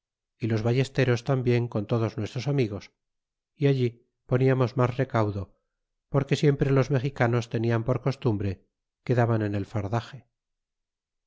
y los ballesteros tambien con todos nuestros amigos é allí poniamos mas recaudo porque siempre los mexicanos tenian por costumbre que daban en el fardaxe